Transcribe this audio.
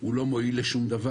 הוא לא מועיל לשום דבר,